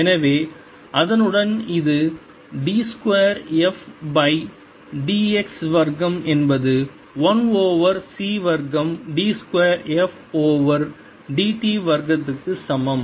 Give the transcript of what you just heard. எனவே அதனுடன் இது d 2 f by d x வர்க்கம் என்பது 1 ஓவர் c வர்க்கம் d 2 f over d t வர்க்கம் க்கு சமம்